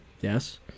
yes